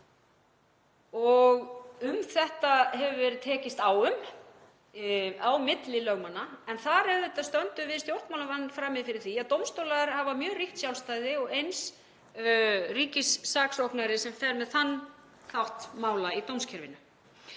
Það hefur verið tekist á um þetta á milli lögmanna en þar auðvitað stöndum við stjórnmálamenn frammi fyrir því að dómstólar hafa mjög ríkt sjálfstæði og eins ríkissaksóknari sem fer með þann þátt mála í dómskerfinu.